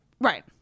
right